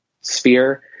sphere